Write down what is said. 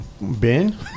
Ben